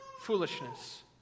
foolishness